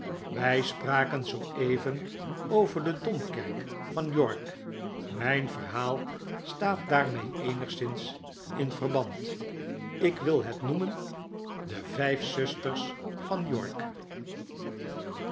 wij spraken zooeven over de domkerk van york mijn verhaal staat daarmee eenigszins in verband ik wil het noemen de vi jf zusters van york